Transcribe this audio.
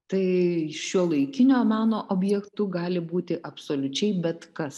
tai šiuolaikinio meno objektu gali būti absoliučiai bet kas